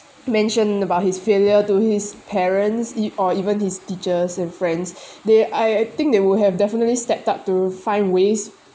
mentioned about his failure to his parents e~ or even his teachers and friends they I I think they would have definitely stepped up to find ways